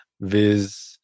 Viz